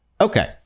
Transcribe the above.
Okay